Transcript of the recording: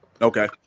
Okay